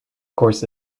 course